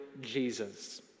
Jesus